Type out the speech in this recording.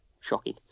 Shocking